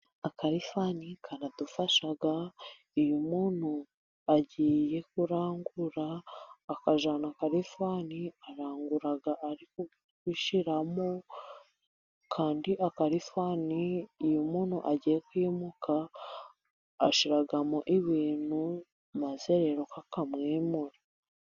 Akalifani karadufasha, iyo muntu agiye kurangurua akajyana akalifani arangura ari gushyiramo kandi akalifani iyo umuntu agiye kwimuka ashyiramo ibintu maze rero kakamwimura.